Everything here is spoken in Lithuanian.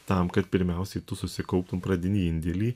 tam kad pirmiausiai tu susikauptum pradinį indėlį